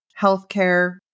healthcare